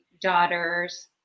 daughters